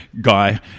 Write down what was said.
guy